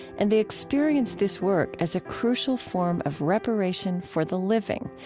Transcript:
and they experience this work as a crucial form of reparation for the living,